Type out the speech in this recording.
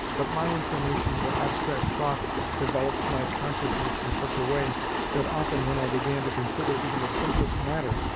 but my inclination for abstract thought developed my consciousness in such a way that often when i began to consider even the simplest matter,